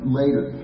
later